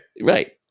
Right